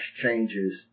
changes